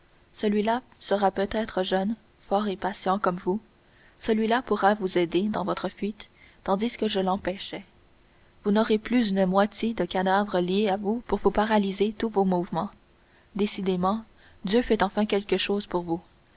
celui-là sera peut-être jeune fort et patient comme vous celui-là pourra vous aider dans votre fuite tandis que je l'empêchais vous n'aurez plus une moitié de cadavre liée à vous pour vous paralyser tous vos mouvements décidément dieu fait enfin quelque chose pour vous